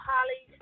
Holly